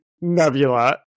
nebula